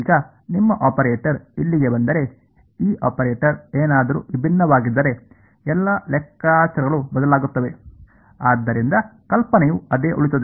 ಈಗ ನಿಮ್ಮ ಆಪರೇಟರ್ ಇಲ್ಲಿಗೆ ಬಂದರೆ ಈ ಆಪರೇಟರ್ ಏನಾದರೂ ವಿಭಿನ್ನವಾಗಿದ್ದರೆ ಎಲ್ಲಾ ಲೆಕ್ಕಾಚಾರಗಳು ಬದಲಾಗುತ್ತವೆ ಆದರೆ ಕಲ್ಪನೆಯು ಅದೇ ಉಳಿಯುತ್ತದೆ